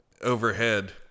overhead